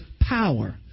power